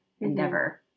endeavor